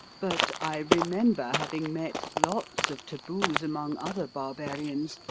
but i remember having met lots of taboos among other barbarians,